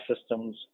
systems